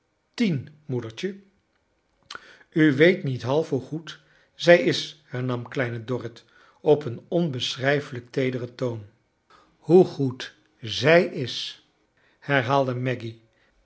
tien moedertje u weet niet half hoe goed zij is hernam kleine dorrit op een onbeschrijfelijk teederen toon hoe goed zij is herhaalde maggy